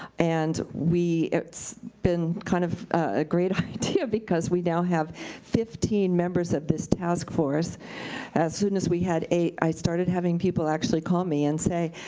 and we, it's been kind of great idea because we now have fifteen members of this task force as soon as we had eight, i started having people actually call me and say,